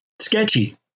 sketchy